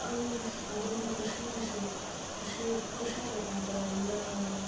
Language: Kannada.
ಅದೇ ಅದೊಂದು ಖುಷಿ ವಿಷಯ ಖುಷೀ ಖುಷಿ ಆಗುತ್ತೆ ಆ ಥರ ಎಲ್ಲ